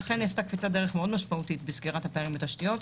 אכן נעשתה קפיצת דרך מאוד משמעותית בסגירת פערים בתשתיות,